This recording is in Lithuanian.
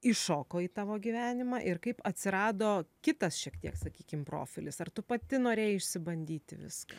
įšoko į tavo gyvenimą ir kaip atsirado kitas šiek tiek sakykim profilis ar tu pati norėjai išsibandyti viską